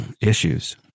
issues